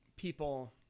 People